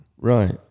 right